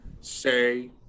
say